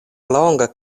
longa